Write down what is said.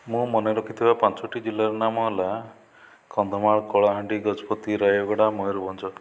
ମୁଁ ମନେ ରଖିଥିବା ପାଞ୍ଚଟି ଜିଲ୍ଲାର ନାମ ହେଲା କନ୍ଧମାଳ କଳାହାଣ୍ଡି ଗଜପତି ରାୟଗଡ଼ା ମୟୂରଭଞ୍ଜ